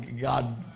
God